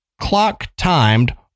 clock-timed